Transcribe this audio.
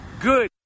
good